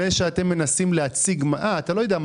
זה שאתם מנסים להציג אתה לא יודע מה